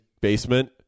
basement